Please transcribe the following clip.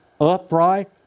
upright